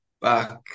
back